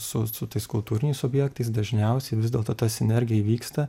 su su tais kultūriniais objektais dažniausiai vis dėlto ta sinergija įvyksta